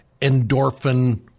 endorphin